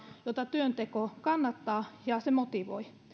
jotta työnteko kannattaa ja motivoi